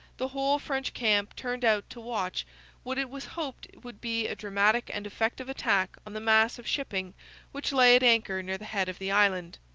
the whole french camp turned out to watch what it was hoped would be a dramatic and effective attack on the mass of shipping which lay at anchor near the head of the island.